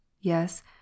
yes